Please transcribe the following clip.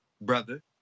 brother